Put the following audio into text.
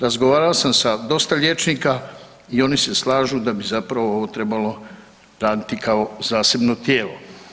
Razgovarao sam sa dosta liječnika i oni se slažu da bi ovo zapravo trebalo raditi kao zasebno tijelo.